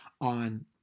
on